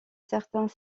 certains